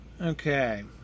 Okay